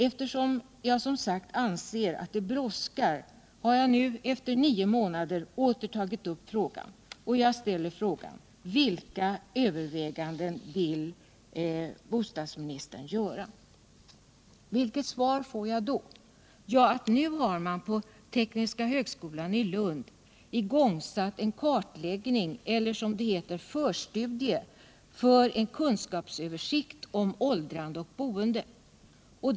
Eftersom jag, som sagt, anser att det brådskar har jag nu efter nio månader åter tagit upp frågan, när jag nu ställer frågan: Vilka överväganden vill bostadsministern göra? Vilket svar får jag då? Jo, att man nu på tekniska högskolan i Lund igångsatt en kartläggning eller — som det heter — ”en förstudie för en kunskapsöversikt om åldrande och boende”.